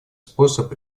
способ